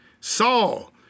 Saul